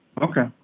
Okay